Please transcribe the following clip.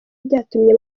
byatumye